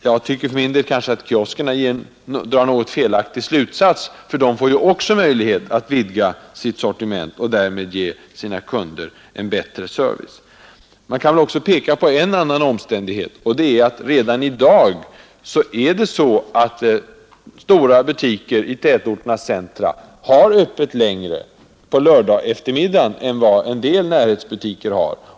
Jag tycker för min del att kioskhandlarna drar en något felaktig slutsats. De får möjlighet att vidga sitt sortiment och därmed ge sina kunder en bättre service. Man kan också peka på en annan omständighet, nämligen att stora butiker i tätorternas centra redan i dag har öppet längre på lördagseftermiddagarna än vad en del närhetsbutiker har.